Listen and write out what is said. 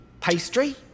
Pastry